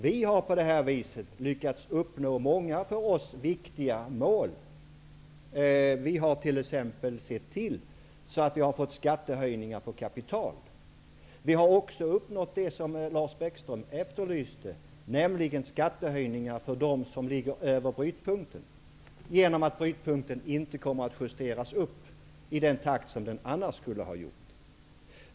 Vi har på det här viset lyckats uppnå många för oss viktiga mål. Vi har t.ex. sett till att det har blivit skattehöjningar på kapital. Vi har också uppnått det som Lars Bäckström efterlyste, nämligen skattehöjningar för dem som ligger över brytpunkten, genom att brytpunkten inte kommer att justeras upp i den takt som annars skulle ha gjorts.